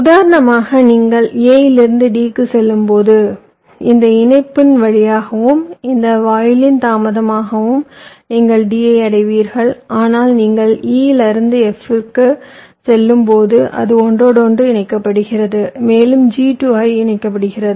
உதாரணமாக நீங்கள் A இலிருந்து D க்குச் செல்லும்போது இந்த இணைப்பின் வழியாகவும் இந்த வாயிலின் தாமதமாகவும் நீங்கள் D ஐ அடைவீர்கள் ஆனால் நீங்கள் E இலிருந்து F க்குச் செல்லும்போது அது ஒன்றோடொன்று இணைக்கப்படுகிறது மேலும் G to I இணைக்கப்படுகிறது